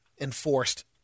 enforced